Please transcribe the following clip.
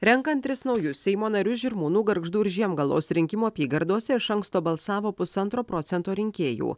renkant tris naujus seimo narius žirmūnų gargždų ir žiemgalos rinkimų apygardose iš anksto balsavo pusantro procento rinkėjų